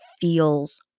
feels